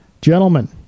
gentlemen